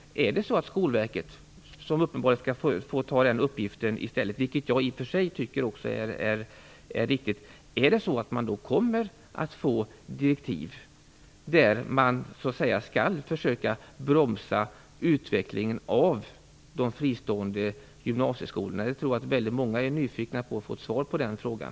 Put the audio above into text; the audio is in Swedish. Kommer Skolverket, som uppenbarligen skall få den uppgiften i stället - vilket jag i och för sig tycker är riktigt - att få direktiv om att man skall försöka bromsa utvecklingen av de fristående gymnasieskolorna? Jag tror att många är nyfikna på att få ett svar på den frågan.